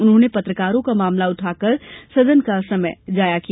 उन्होंने पत्रकारों का मामला उठाकर सदन का समय जाया किया